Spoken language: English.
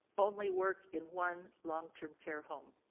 only work in one long-term care home,